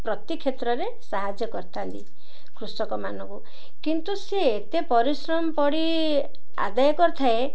ପ୍ରତି କ୍ଷେତ୍ରରେ ସାହାଯ୍ୟ କରିଥାନ୍ତି କୃଷକମାନଙ୍କୁ କିନ୍ତୁ ସିଏ ଏତେ ପରିଶ୍ରମ ପଡ଼ି ଆଦାୟ କରିଥାଏ